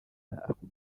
ako